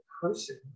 person